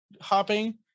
hopping